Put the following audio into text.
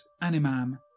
Animam